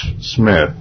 Smith